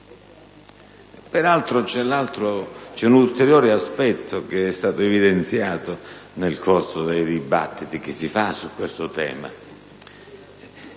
Peraltro, c'è un ulteriore aspetto che è stato evidenziato nel corso dei dibattiti che si sono svolti su questo tema: